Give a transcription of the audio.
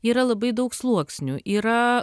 yra labai daug sluoksnių yra